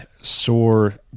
sore